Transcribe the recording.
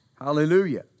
Hallelujah